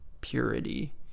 purity